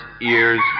ears